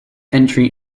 entry